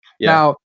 Now